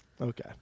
Okay